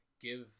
give